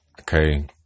Okay